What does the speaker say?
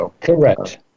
Correct